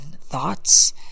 thoughts